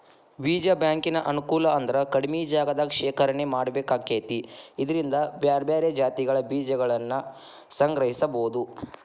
ಬೇಜ ಬ್ಯಾಂಕಿನ ಅನುಕೂಲ ಅಂದ್ರ ಕಡಿಮಿ ಜಗದಾಗ ಶೇಖರಣೆ ಮಾಡ್ಬೇಕಾಕೇತಿ ಇದ್ರಿಂದ ಬ್ಯಾರ್ಬ್ಯಾರೇ ಜಾತಿಗಳ ಬೇಜಗಳನ್ನುಸಂಗ್ರಹಿಸಬೋದು